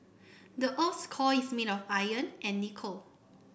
the earth's core is made of iron and nickel